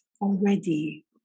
already